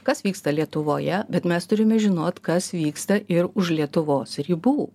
kas vyksta lietuvoje bet mes turime žinot kas vyksta ir už lietuvos ribų